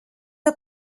est